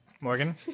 Morgan